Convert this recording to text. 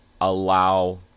allow